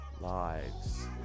lives